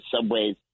subways